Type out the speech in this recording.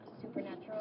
supernatural